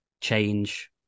change